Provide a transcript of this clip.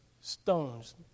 stones